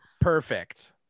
perfect